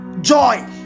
joy